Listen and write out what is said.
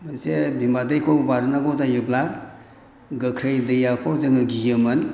अबयस्से बिमा दैखौ बारनांगौ जायोबा गोख्रै दैखौ जोङो गियोमोन